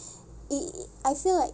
i~ I feel like